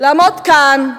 לעמוד כאן,